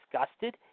disgusted